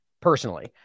personally